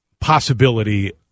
possibility